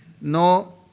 no